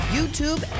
YouTube